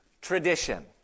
tradition